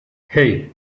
hey